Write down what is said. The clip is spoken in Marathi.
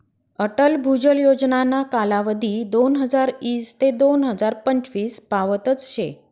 अटल भुजल योजनाना कालावधी दोनहजार ईस ते दोन हजार पंचवीस पावतच शे